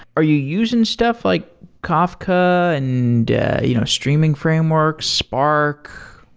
are you using stuff like kafka and yeah you know streaming framework, spark?